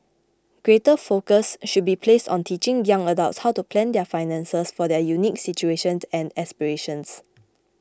greater focus should be placed on teaching young adults how to plan their finances for their unique situations and aspirations